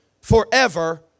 forever